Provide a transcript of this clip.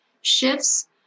shifts